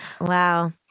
Wow